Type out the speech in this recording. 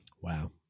Wow